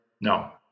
No